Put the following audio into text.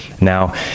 Now